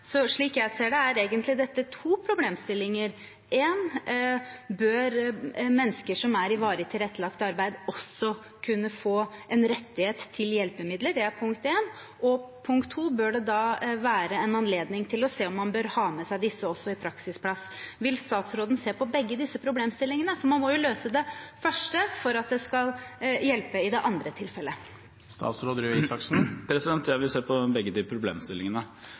Slik jeg ser det, er dette egentlig to problemstillinger: Bør mennesker som er i varig tilrettelagt arbeid, også kunne få en rettighet til hjelpemidler? Bør det da være anledning til å se på om man bør ha med seg disse også til en praksisplass? Vil statsråden se på begge disse problemstillingene? Man må jo løse den første for at det skal hjelpe i det andre tilfellet. Jeg vil se på begge problemstillingene.